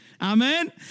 Amen